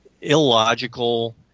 illogical